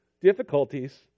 difficulties